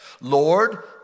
Lord